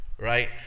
Right